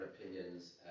opinions